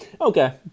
Okay